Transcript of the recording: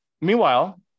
meanwhile